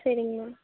சரிங்க மேம்